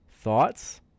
Thoughts